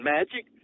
Magic